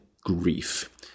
grief